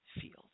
field